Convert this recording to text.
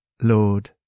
Lord